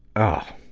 oh!